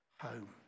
home